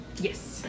Yes